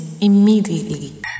immediately